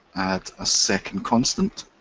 add a second constant.